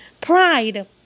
pride